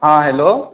हँ हेलो